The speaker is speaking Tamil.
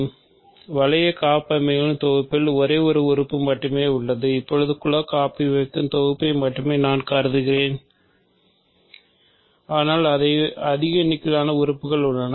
ஏனெனில் வளைய காப்பமைவியங்களின் தொகுப்பில் ஒரே ஒரு உறுப்பு மட்டுமே உள்ளது இப்போது குல காப்பமைவியத்தின் தொகுப்பை மட்டுமே நான் கருதுகிறேன் ஆனால் அவை அதிக எண்ணிக்கையிலான உறுப்புக்கள் உள்ளன